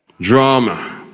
drama